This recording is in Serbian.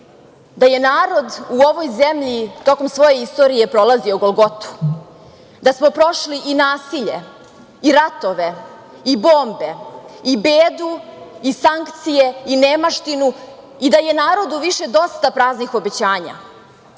da je narod u ovoj zemlji tokom svoje istorije prolazio Golgotu, da smo prošli i nasilje i ratove i bombe i bedu i sankcije i nemaštinu i da je narodu više dosta praznih obećanja.